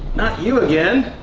not you again.